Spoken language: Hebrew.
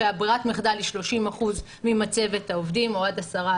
שברירת המחדל היא 30% ממצבת העובדים או עד 10%,